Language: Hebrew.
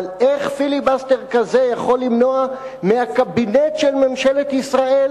אבל איך פיליבסטר כזה יכול למנוע מהקבינט של ממשלת ישראל